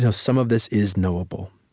you know some of this is knowable,